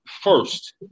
first